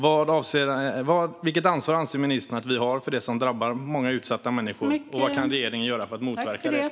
Vilket ansvar anser ministern att vi har för det som drabbar många utsatta människor, och vad kan regeringen göra för att motverka detta?